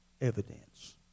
evidence